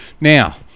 now